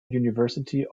university